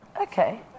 Okay